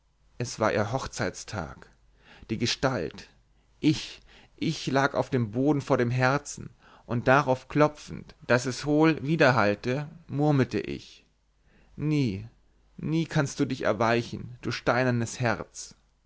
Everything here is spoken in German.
es war ihr hochzeitstag die gestalt ich ich lag auf dem boden vor dem herzen und darauf klopfend daß es hohl widerhallte murmelte ich nie nie kannst du dich erweichen du steinernes herz